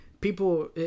People